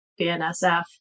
BNSF